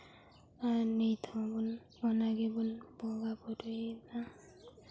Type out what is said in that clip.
ᱟᱨ ᱱᱤᱛ ᱦᱚᱸᱵᱚᱱ ᱚᱱᱟ ᱜᱮᱵᱚᱱ ᱵᱚᱸᱜᱟᱼᱵᱳᱨᱳᱭᱮᱫᱟ